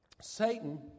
Satan